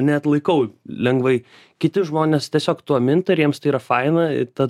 neatlaikau lengvai kiti žmonės tiesiog tuo minta ir jiems tai yra faina ta